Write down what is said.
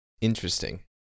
interesting